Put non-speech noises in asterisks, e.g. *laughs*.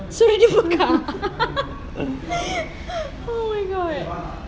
suruh dia buka *laughs* oh my god